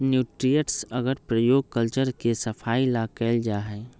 nutrients अगर के प्रयोग कल्चर के सफाई ला कइल जाहई